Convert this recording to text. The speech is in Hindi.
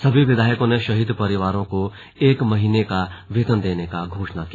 सभी विधायकों ने शहीद परिवारों को एक महीने का वेतन देने की घोषणा की